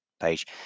page